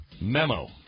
Memo